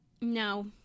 No